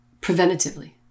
preventatively